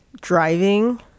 Driving